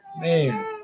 Man